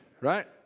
right